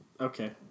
Okay